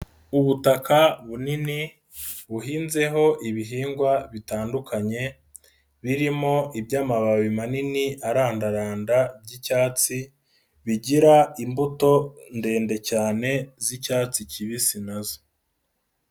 Ubutaka bunini, buhinzeho ibihingwa bitandukanye, birimo iby'amababi manini arandaranda by'icyatsi, bigira imbuto ndende cyane z'icyatsi kibisi na zo.